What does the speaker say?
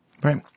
Right